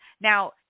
Now